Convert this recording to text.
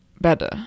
better